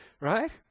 Right